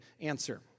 answer